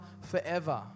forever